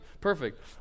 perfect